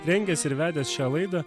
rengęs ir vedęs šią laidą